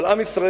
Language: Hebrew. אבל עם ישראל,